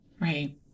right